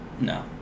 No